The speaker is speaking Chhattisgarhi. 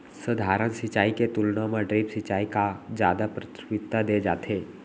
सधारन सिंचाई के तुलना मा ड्रिप सिंचाई का जादा प्राथमिकता दे जाथे